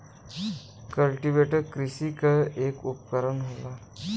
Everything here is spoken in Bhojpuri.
कल्टीवेटर कृषि क एक उपकरन होला